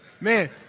Man